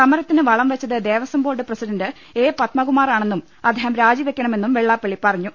സമരത്തിന് വളം വെച്ചത് ദേവസ്വം ബോർഡ് പ്രസിഡണ്ട് എ പത്മകുമാറാണെന്നും അദ്ദേഹം രാജിവെക്കണമെന്നും വെള്ളാ പ്പള്ളി പറഞ്ഞു